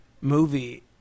movie